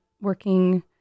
working